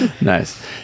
Nice